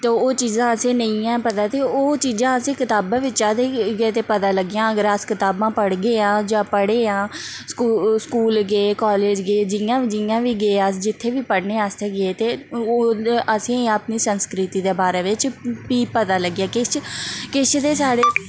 ते ओह् चीज़ा असेंगी नेईं ऐ पता ते ओह् चीज़ां असें कताबां बिच्चां ते गै गै ते पता लग्गियां अगर अस कताबां पढ़गे जां आं पढ़े आं स्कू स्कूल गे कालेज गे जियां बी जियां बी गे अस जित्थें बी पढ़ने आस्तै गे ते ओह् असें गी अपनी संस्कृति दे बारै बिच्च बी पता लग्गेआ किश किश ते साढ़े